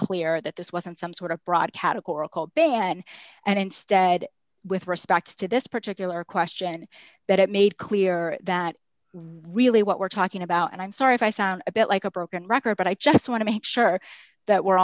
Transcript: clear that this wasn't some sort of broad categorical ban and instead with respect to this particular question but it made clear that really what we're talking about and i'm sorry if i sound a bit like a broken record but i just want to make sure that we're